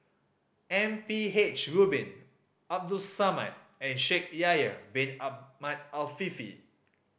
M P H Rubin Abdul Samad and Shaikh Yahya Bin Ahmed Afifi